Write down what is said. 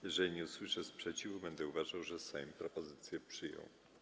Jeżeli nie usłyszę sprzeciwu, będę uważał, że Sejm propozycję przyjął.